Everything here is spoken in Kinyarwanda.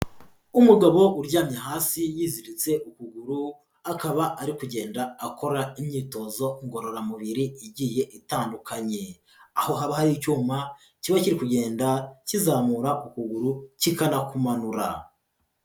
Umugabo uryamye hasi yiziritse ukuguru, akaba ari kugenda akora imyitozo ngororamubiri igiye itandukanye. Aho haba hari icyuma kiba kiri kugenda kizamura ukuguru, kikanakumanura.